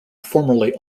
formerly